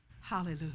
Hallelujah